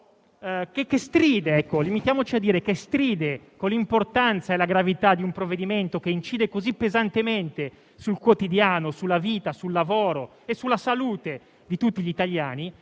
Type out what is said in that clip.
questo - con l'importanza e la gravità di un provvedimento che incide così pesantemente sul quotidiano, sulla vita, sul lavoro e sulla salute di tutti gli italiani,